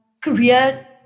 career